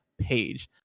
page